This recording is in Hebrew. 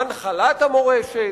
הנחלת המורשת.